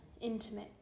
Intimate